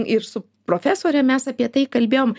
ir su profesore mes apie tai kalbėjom